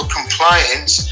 compliance